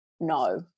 no